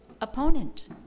opponent